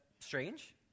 Strange